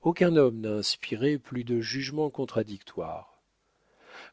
aucun homme n'a inspiré plus de jugements contradictoires